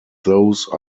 those